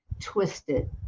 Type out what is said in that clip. twisted